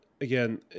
Again